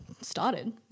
started